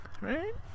Right